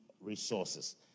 resources